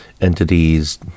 entities